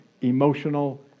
emotional